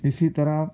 اسی طرح